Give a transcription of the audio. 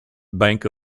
bank